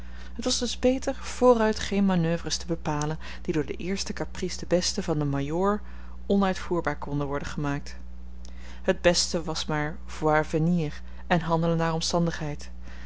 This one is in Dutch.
het was dus beter vooruit geene manoeuvres te bepalen die door de eerste caprice de beste van den majoor onuitvoerbaar konden worden gemaakt het beste was maar voir venir en handelen naar omstandigheid